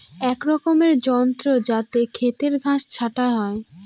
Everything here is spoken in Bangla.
এক রকমের যন্ত্র যাতে খেতের ঘাস ছাটা হয়